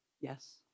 Yes